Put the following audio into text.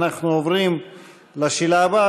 אנחנו עוברים לשאלה הבאה.